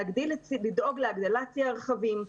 לדאוג להגדלת צי הרכבים,